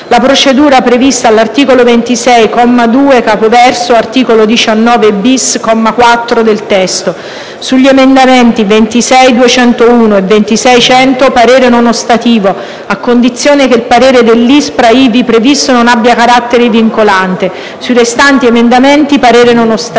la procedura prevista all'articolo 26, comma 2, capoverso "Art. 19-*bis*", comma 4, del testo; - sugli emendamenti 26.201 e 26.100 parere non ostativo, a condizione che il parere dell'ISPRA ivi previsto, non abbia carattere vincolante; - sui restanti emendamenti parere non ostativo».